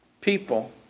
people